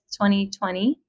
2020